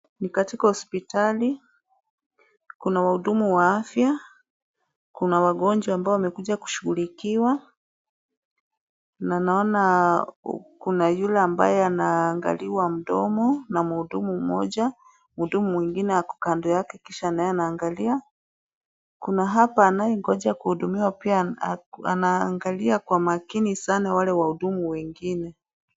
Ni katika hospitali. Kuna wahudumu wa afya, kuna wagonjwa ambao wamekuja kushughulikiwa na naona kuna yule ambaye anaangaliwa mdomo na mhudumu mmoja. Mhudumu mwingine kando yake kisha naye anaangalia. Kuna hapa anayengoja kuhudimiwa pia anaangalia kwa makini sana wale wahudumu wengine.